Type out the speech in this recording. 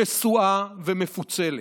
שסועה ומפוצלת.